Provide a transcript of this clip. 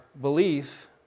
belief